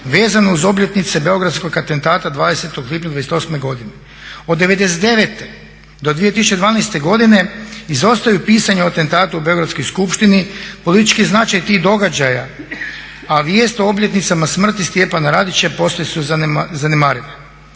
vezano uz obljetnice Beogradskog atentata 20. lipnja '28. godine. Od '99. do 2012. godine izostaju pisanja o atentatu u Beogradskoj skupštini, politički značaj tih događaja a vijest o obljetnicama smrti Stjepana Radića posve su zanemarive.